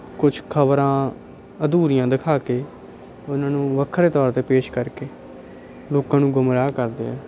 ਕੁਛ ਖਬਰਾਂ ਅਧੂਰੀਆਂ ਦਿਖਾ ਕੇ ਉਨ੍ਹਾਂ ਨੂੰ ਵੱਖਰੇ ਤੌਰ 'ਤੇ ਪੇਸ਼ ਕਰਕੇ ਲੋਕਾਂ ਨੂੰ ਗੁੰਮਰਾਹ ਕਰਦੇ ਹੈ